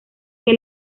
que